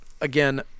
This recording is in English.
again